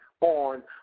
on